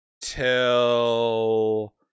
till